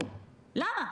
למה?